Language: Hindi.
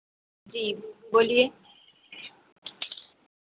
जी बोलिए